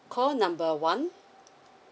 call number one